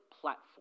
platform